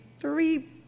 three